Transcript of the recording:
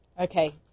Okay